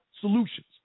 solutions